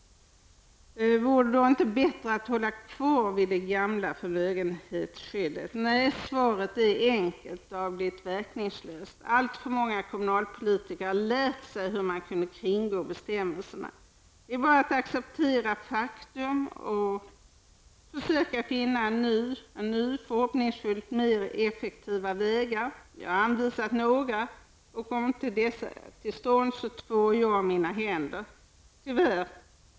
Vore det då inte bättre att ha kvar det gamla förmögenhetsskyddet? Nej, svaret är enkelt: det har blivit verkningslöst. Alltför många kommunalpolitiker har lärt sig hur bestämmelserna kan kringgås. Det är bara att acceptera faktum och försöka finna nya och förhoppningsvis mer effektiva vägar. Jag har anvisat några, och kommer inte dessa till stånd tvår jag mina händer.